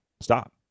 stop